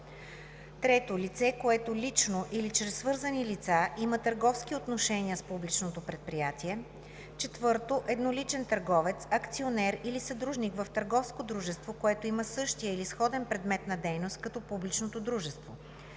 3. лице, което лично или чрез свързани лица има търговски отношения с публичното предприятие; 4. едноличен търговец, акционер или съдружник в търговско дружество, което има същия или сходен предмет на дейност като публичното дружество;